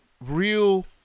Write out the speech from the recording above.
real